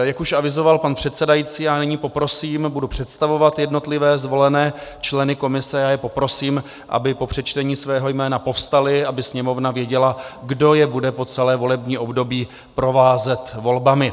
Jak už avizoval pan předsedající, nyní poprosím, budu představovat jednotlivé zvolené členy komise, aby po přečtení svého jména povstali, aby Sněmovna věděla, kdo je bude po celé volební období provázet volbami.